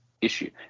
issue